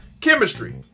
chemistry